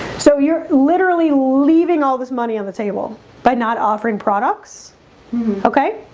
so you're literally leaving all this money on the table by not offering products okay,